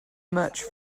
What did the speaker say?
much